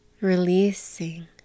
releasing